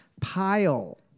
pile